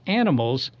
animals